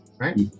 right